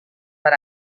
per